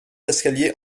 escalier